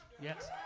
Yes